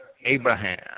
Abraham